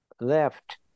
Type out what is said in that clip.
left